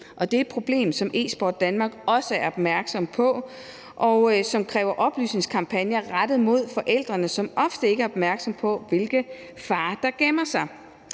Det er et problem, som Esport Danmark også er opmærksomme på, og som kræver oplysningskampagner rettet mod forældrene, som ofte ikke er opmærksomme på, hvilke farer der gemmer sig.